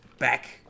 back